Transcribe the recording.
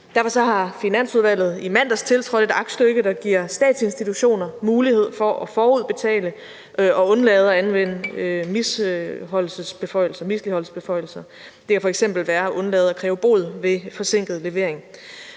Derfor har Finansudvalget i mandags tiltrådt et aktstykke, der giver statsinstitutioner mulighed for at forudbetale og undlade at anvende misligholdelsesbeføjelser. Det kan f.eks. være at undlade at kræve bod ved forsinket levering.